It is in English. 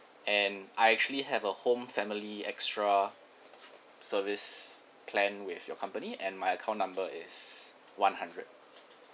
and I actually have a home family extra service plan with your company and my account number is one hundred